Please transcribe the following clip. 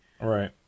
Right